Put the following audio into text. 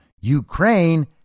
Ukraine